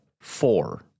four